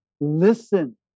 listen